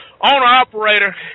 owner-operator